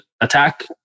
attack